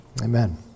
Amen